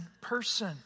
person